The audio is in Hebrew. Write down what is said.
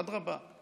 אדרבה.